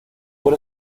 por